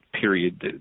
period